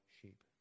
sheep